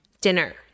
dinner